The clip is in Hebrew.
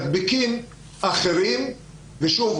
מדביקים אחרים ושוב,